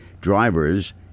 drivers